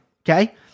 Okay